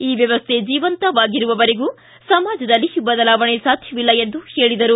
ಈ ವ್ಯವಸ್ಥೆ ಜೀವಂತವಾಗಿರುವವರೆಗೂ ಸಮಾಜದಲ್ಲಿ ಬದಲಾವಣೆ ಸಾಧ್ಯವಿಲ್ಲ ಎಂದು ಹೇಳಿದರು